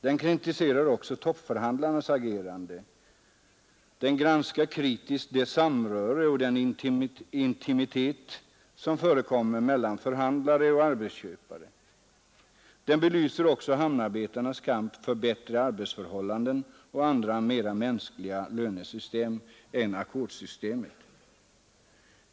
Men den kritiserar också toppförhandlarnas agerande, den granskar kritiskt det samröre och den intimitet som förekommer mellan förhandlare och arbetsköpare. Den belyser hamnarbetarnas kamp för bättre arbetsförhållanden och andra mera mänskliga lönesystem än ackordssystemet.